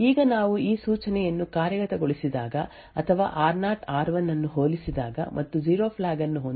ಈಗ ನಾವು ಈ ಸೂಚನೆಯನ್ನು ಕಾರ್ಯಗತಗೊಳಿಸಿದಾಗ ಅಥವಾ ಆರ್0 ಆರ್1 ಅನ್ನು ಹೋಲಿಸಿದಾಗ ಮತ್ತು 0 ಫ್ಲ್ಯಾಗ್ ಅನ್ನು ಹೊಂದಿಸಿದಾಗ ಆರ್0 ಆರ್1 ಗೆ ಸಮಾನವಾಗಿರುತ್ತದೆ ಎಂದು ಭಾವಿಸೋಣ